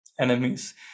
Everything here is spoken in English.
enemies